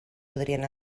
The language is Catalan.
podrien